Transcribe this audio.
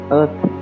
earth